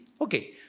Okay